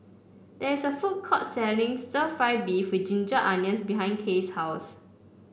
there is a food court selling stir fry beef with Ginger Onions behind Kaye's house